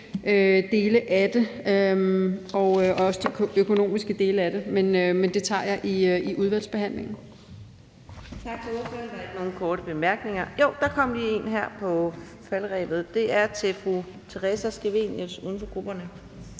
de økonomiske dele af det. Men det tager jeg i udvalgsbehandlingen.